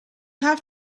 have